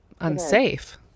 unsafe